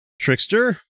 Trickster